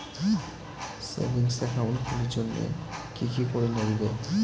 Savings account খুলির জন্যে কি কি করির নাগিবে?